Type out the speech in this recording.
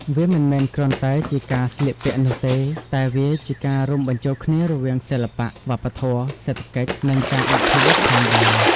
វាមិនមែនគ្រាន់តែជាការស្លៀកពាក់នោះទេ តែវាជាការរួមបញ្ចូលគ្នារវាង សិល្បៈ វប្បធម៌ សេដ្ឋកិច្ច និងការអភិវឌ្ឍ ផងដែរ។